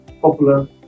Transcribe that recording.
popular